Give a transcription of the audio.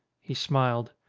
he smiled.